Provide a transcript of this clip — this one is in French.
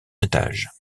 étage